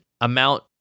amount